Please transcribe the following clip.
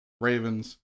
Ravens